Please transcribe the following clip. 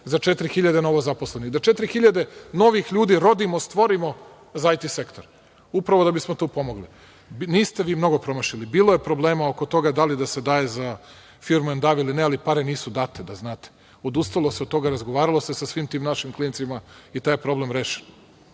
za 4.000 novozaposlenih i da 4.000 novih ljudi rodimo, stvorimo za IT sektor, upravo da bismo tu pomogli. Niste mnogo promašili, bilo je problema oko toga da li da se daje za firmu Endava ili ne, ali pare nisu date da znate. Odustalo se od toga, razgovaralo se sa svim tim našim klincima i taj je problem rešen.